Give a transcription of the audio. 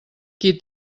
qui